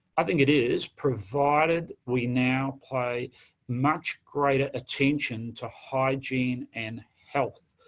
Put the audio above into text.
i think it is, provided we now pay much greater attention to hygiene and health.